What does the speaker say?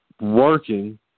working